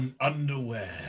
underwear